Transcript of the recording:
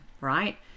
right